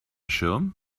schirm